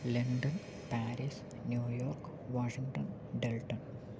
London Paris New York Washington dalton